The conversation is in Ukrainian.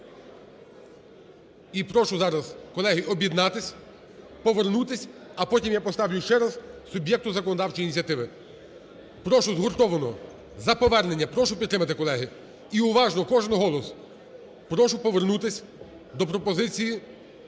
І прошу зараз, колеги, об'єднатись, повернутись, а потім я поставлю ще раз суб'єкту законодавчої ініціативи. Прошу згуртовано за повернення. Прошу підтримати, колеги. І уважно, кожен голос. Прошу повернутись до пропозиції